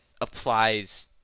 applies